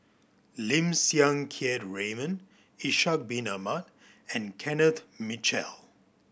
Lim Siang Keat Raymond Ishak Bin Ahmad and Kenneth Mitchell